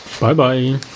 Bye-bye